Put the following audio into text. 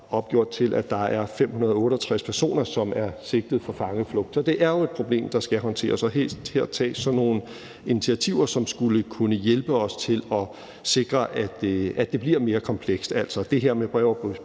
opgjort til, at der er 568 personer, som er sigtet for fangeflugt. Så det er jo et problem, der skal håndteres, og her tages der så nogle initiativer, som skulle kunne hjælpe os til at sikre, at det bliver mere komplekst.